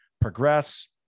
progress